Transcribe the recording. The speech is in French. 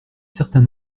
certain